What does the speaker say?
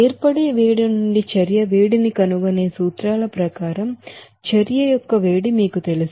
ఏర్పడే వేడినుండి చర్య ావేడిని కనుగొనే సూత్రాల ప్రకారం చర్య యొక్క వేడి మీకు తెలుసు